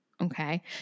Okay